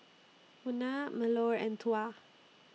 Munah Melur and Tuah